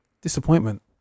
Disappointment